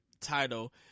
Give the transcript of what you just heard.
title